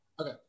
Okay